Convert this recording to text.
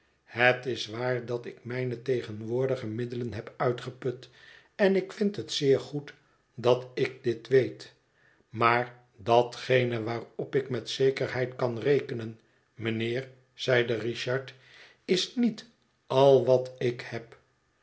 het is waar dat ik mijne tegenwoordige middelen heb uitgeput en ik vind het zeer goed dat ik dit weet maar datgene waarop ik met zekerheid kan rekenen mijnheer zeide richard is niet al wat ik heb